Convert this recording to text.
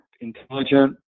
intelligent